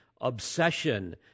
obsession